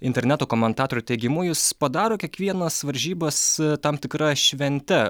interneto komentatorių teigimu jis padaro kiekvienas varžybas tam tikra švente